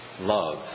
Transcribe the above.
Love